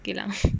Geylang